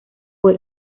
fue